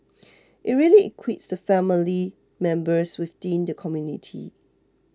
it really equips the family members within the community